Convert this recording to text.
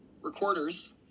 recorders